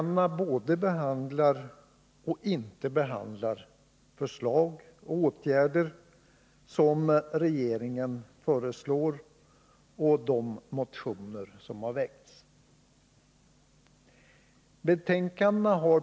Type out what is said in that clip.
De både behandlar och inte behandlar de förslag till åtgärder som regeringen lagt fram och de motioner som har väckts.